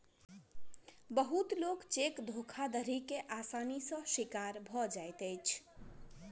बहुत लोक चेक धोखाधड़ी के आसानी सॅ शिकार भ जाइत अछि